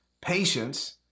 Patience